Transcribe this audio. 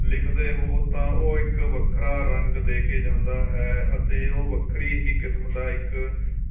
ਲਿਖਦੇ ਹੋ ਤਾਂ ਉਹ ਇੱਕ ਵੱਖਰਾ ਰੰਗ ਦੇ ਕੇ ਜਾਂਦਾ ਹੈ ਅਤੇ ਉਹ ਵੱਖਰੀ ਹੀ ਕਿਸਮ ਦਾ ਇੱਕ